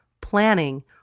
planning